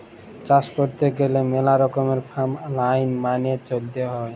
চাষ ক্যইরতে গ্যালে ম্যালা রকমের ফার্ম আইল মালে চ্যইলতে হ্যয়